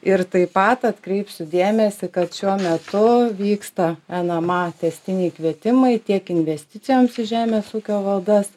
ir taip pat atkreipsiu dėmesį kad šiuo metu vyksta nma tęstiniai kvietimai tiek investicijoms į žemės ūkio valdas